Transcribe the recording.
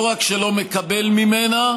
לא רק שלא מקבל ממנה,